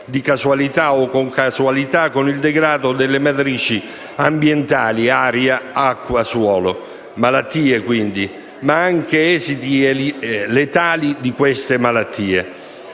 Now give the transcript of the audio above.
di causalità o concausalità con il degrado delle matrici ambientali aria, acqua, suolo. Malattie, quindi, ma anche esiti letali di queste malattie.